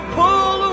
pull